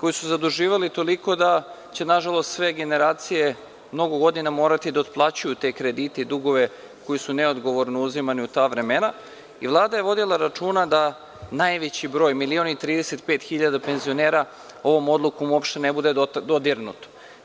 koji su se zaduživali toliko da će nažalost sve generacije mnogo godina morati da otplaćuju te kredite i dugove koji su neodgovorno uzimani u ta vremena, i Vlada je vodila računa da najveći broj, milion i trideset pet hiljada penzionera, ovom odlukom uopšte ne bude dodirnuto.